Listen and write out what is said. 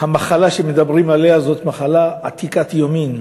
המחלה שמדברים עליה זאת מחלה עתיקת יומין,